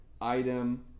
item